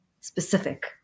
specific